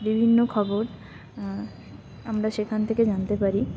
বিভিন্ন খবর আমরা সেখান থেকে জানতে পারি